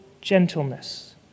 gentleness